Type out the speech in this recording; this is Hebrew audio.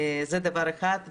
זה דבר אחד.